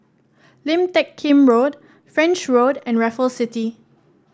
Lim Teck Kim Road French Road and Raffles City